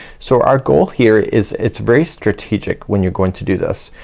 so our goal here is it's very strategic when you're going to do this.